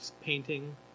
painting